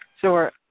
Sure